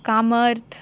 कामर्थ